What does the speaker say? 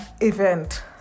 event